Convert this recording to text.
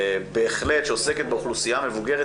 שעוסקת באוכלוסייה המבוגרת,